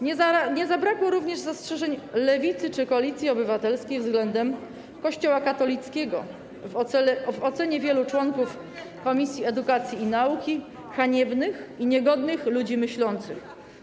Nie zabrakło również zastrzeżeń Lewicy czy Koalicji Obywatelskiej względem Kościoła katolickiego, zastrzeżeń, w ocenie wielu członków komisji edukacji i nauki, haniebnych i niegodnych ludzi myślących.